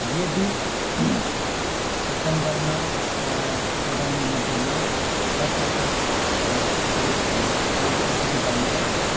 यदि जङ्गलमा चराउने मध्येमा बर्खापात भए झरि भएमा अलिकति असुविधा हुन्छ